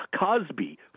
Cosby